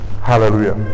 Hallelujah